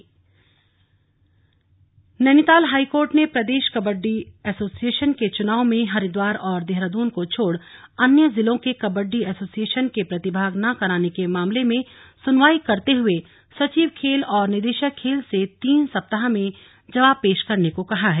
kabaddi association Nainital high court ने प्रदेश kabaddi association के चुनाव में हरिद्वार और देहरादून को छोड़ अन्य जिलों के कबड्डी एसोशिएशन के प्रतिभाग न कराने के मामले में सुनवाई करते हुए सचिव खेल व निदेशक खेल से तीन सप्ताह में जवाब पेश करने को कहा है